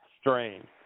strain